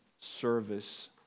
service